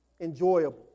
enjoyable